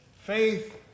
faith